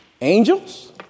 Angels